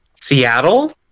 Seattle